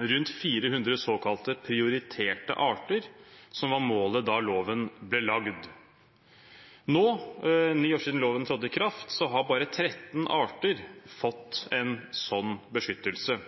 rundt 400 såkalte prioriterte arter, som var målet da loven ble laget. Nå, ni år etter at loven trådte i kraft, har bare 13 arter fått en slik beskyttelse.